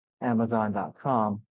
amazon.com